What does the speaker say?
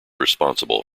responsible